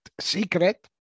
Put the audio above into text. secret